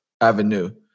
avenue